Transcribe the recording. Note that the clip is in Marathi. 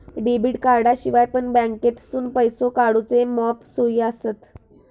डेबिट कार्डाशिवाय पण बँकेतसून पैसो काढूचे मॉप सोयी आसत